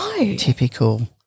typical